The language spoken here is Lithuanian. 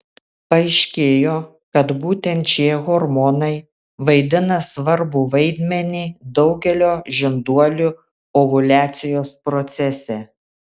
paaiškėjo kad būtent šie hormonai vaidina svarbų vaidmenį daugelio žinduolių ovuliacijos procese